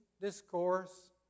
discourse